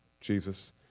Jesus